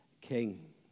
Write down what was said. king